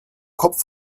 kopf